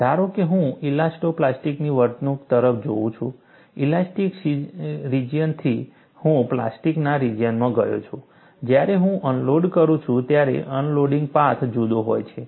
ધારો કે હું ઈલાસ્ટો પ્લાસ્ટિકની વર્તણૂક તરફ જાઉં છું ઇલાસ્ટિક રિજિયનથી હું પ્લાસ્ટિકના રિજિયનમાં ગયો છું જ્યારે હું અનલોડ કરું છું ત્યારે અનલોડિંગ પાથ જુદો હોય છે